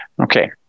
Okay